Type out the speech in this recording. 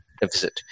deficit